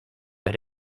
had